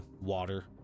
Water